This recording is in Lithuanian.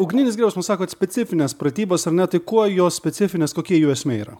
ugninis griausmas sakot specifinės pratybos ar ne tai kuo jos specifinės kokia jų esmė yra